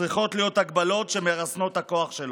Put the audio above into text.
צריכות להיות הגבלות שמרסנות את הכוח שלו,